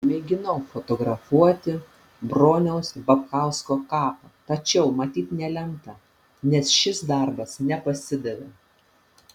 mėginau fotografuoti broniaus babkausko kapą tačiau matyt nelemta nes šis darbas nepasidavė